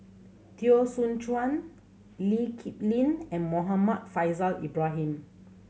Teo Soon Chuan Lee Kip Lin and Muhammad Faishal Ibrahim